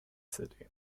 city